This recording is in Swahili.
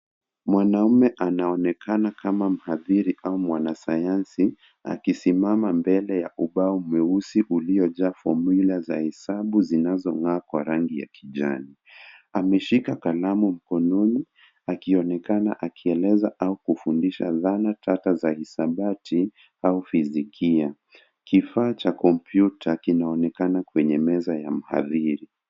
Mwanaume anaonekana kama mhadhiri au mwanasayansi akisimama mbele ya ubao mweusi uliojaa fomyula za hesabu zinazong'aa kwa rangi ya kijani. Ameshika kalamu mkononi akionekana akieleza au kufundisha dhana tata za hisabati au fizikia. Kifaa cha kompyuta kinaonekana kwenye meza ya mhadhiri.